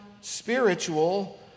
spiritual